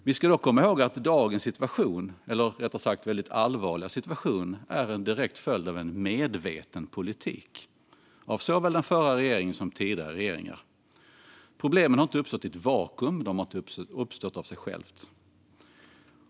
Vi ska dock komma ihåg att dagens väldigt allvarliga situation är en direkt följd av en medveten politik från såväl den förra regeringen som tidigare regeringar. Problemen har inte uppstått i ett vakuum eller av sig själva.